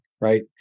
right